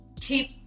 keep